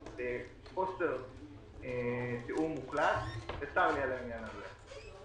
מדובר בחוסר תיאום מוחלט, וצר לי על העניין הזה.